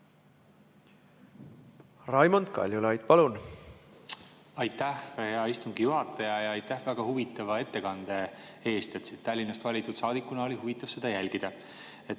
Raimond Kaljulaid, palun! Aitäh, hea istungi juhataja! Aitäh väga huvitava ettekande eest! Siit Tallinnast valitud saadikuna oli huvitav jälgida.